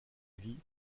vie